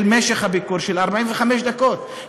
של משך הביקור של 45 דקות,